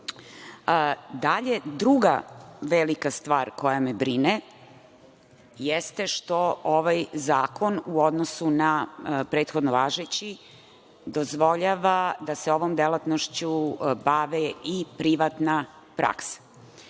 druga velika stvar koja me brine jeste što ovaj zakon u odnosu na prethodno važeći dozvoljava da se ovom delatnošću bavi i privatna praksa.